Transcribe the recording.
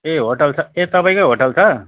ए hotel छ ए तपाईँकै होटल छ